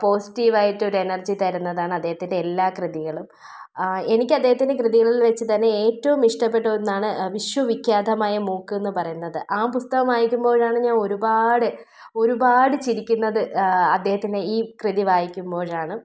positive ആയിട്ട് ഒരെനർജി തരുന്നതാണ് അദ്ദേഹത്തിൻ്റെ എല്ലാ കൃതികളും എനിക്ക് അദ്ദേഹത്തിൻ്റെ കൃതികളിൽ വെച്ച് തന്നെ ഏറ്റവും ഇഷ്ടപ്പെട്ട ഒന്നാണ് വിശ്വവിഖ്യാതമായ മൂക്ക് എന്ന് പറയുന്നത് ആ പുസ്തകം വായിക്കുമ്പോഴാണ് ഞാൻ ഒരുപാട് ഒരുപാട് ചിരിക്കുന്നത് അദ്ദേഹത്തിൻ്റെ ഈ കൃതി വായിക്കുമ്പോഴാണ്